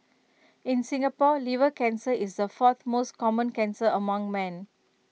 in Singapore liver cancer is the fourth most common cancer among men